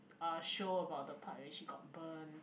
uh show about the part that she got burn